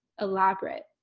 elaborate